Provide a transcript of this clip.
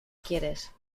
quieres